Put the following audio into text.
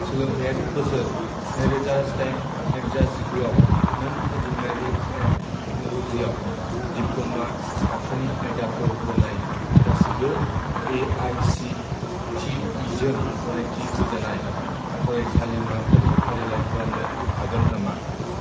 सोलोंथायारि बोसोर नैरोजा जिदाइन नैरोजा जिगुआव नों इनजिनियारिं एन्ड टेक्न'ल'जि आव दिप्ल'मा थाखोनि आयदाफोर होनाय गासिबो A I C T E जों गनायथि होजानाय फरायसालिमाफोरनि फारिलाइ खालामनो हागोन नामा